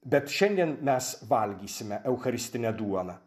bet šiandien mes valgysime eucharistinę duoną